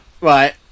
right